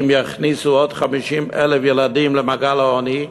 תכניס עוד 50,000 ילדים למעגל העוני,